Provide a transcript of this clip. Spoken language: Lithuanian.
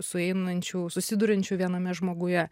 sueinančių susiduriančių viename žmoguje